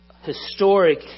historic